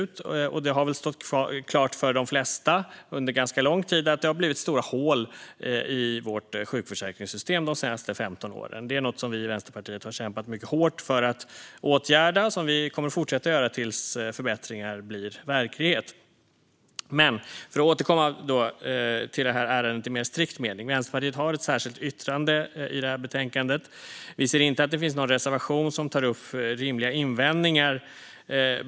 Det har väl under ganska lång tid stått klart för de flesta att det de senaste 15 åren har blivit stora hål i vårt sjukförsäkringssystem. Det är något som vi i Vänsterpartiet har kämpat mycket hårt för att åtgärda. Det kommer vi att fortsätta göra tills förbättringar blir verklighet. Jag vill återkomma till det här ärendet i mer strikt mening. Vänsterpartiet har ett särskilt yttrande i betänkandet. Vi ser inte att det finns någon reservation som tar upp rimliga invändningar.